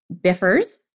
biffers